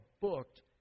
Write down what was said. booked